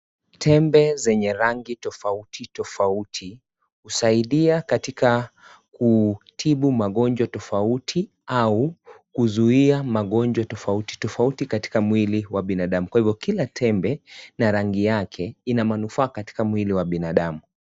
Tembe zenye rangi tofautitofauti husaidia katika kutibu magonjwa tofauti au kuzuia magonjwa tofautitofauti katika mwili wa binadamu kwa hivo kila tembe, na rangi yake ina manufaa katika mwili wa binadamu